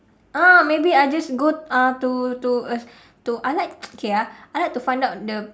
ah maybe I just go uh to to to I like okay ah I like to find out the